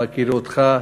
בהכירי אותך,